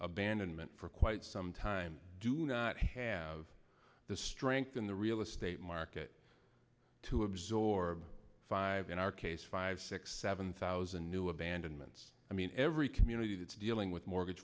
abandonment for quite some time do not have the strength in the real estate market to absorb five in our case five six seven thousand new abandonments i mean every community that's dealing with mortgage